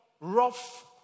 rough